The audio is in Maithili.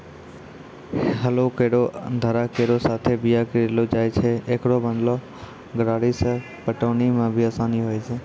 हलो केरो धार केरो साथें बीया गिरैलो जाय छै, एकरो बनलो गरारी सें पटौनी म भी आसानी होय छै?